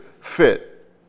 fit